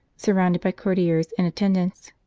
sur rounded by courtiers and attendants.